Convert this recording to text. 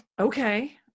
Okay